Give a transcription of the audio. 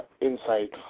insight